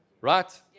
right